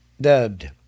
dubbed